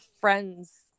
friends